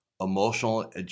Emotional